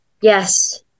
yes